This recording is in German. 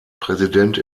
präsident